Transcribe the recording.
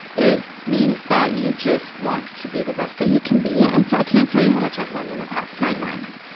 it means that you just want to be the best that you can be. and so, i can't tell you how much i've learned in the past nine months,